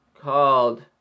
called